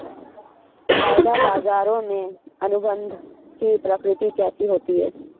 वायदा बाजारों में अनुबंध की प्रकृति कैसी होती है?